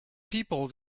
people